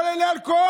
כל אלה אלכוהול.